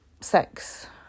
sex